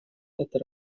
эта